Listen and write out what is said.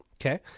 Okay